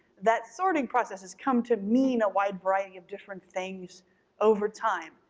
that sorting process has come to mean a wide variety of different things over time,